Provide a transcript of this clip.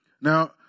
now